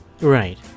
Right